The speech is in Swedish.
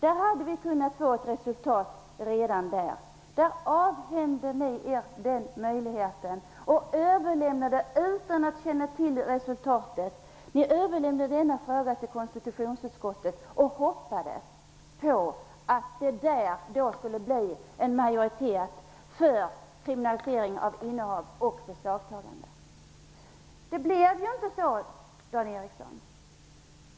Vi hade kunnat få ett resultat redan där. Ni avhände er den möjligheten och överlämnade frågan, utan att känna till resultatet, till konstitutionsutskottet och hoppades på att det skulle bli en majoritet för kriminalisering av innehav och beslagtagande av barnpornografi där. Det blev inte så, Dan Ericsson i Kolmården.